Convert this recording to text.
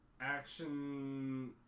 action